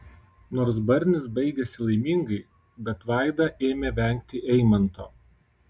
nors barnis baigėsi laimingai bet vaida ėmė vengti eimanto